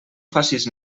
facis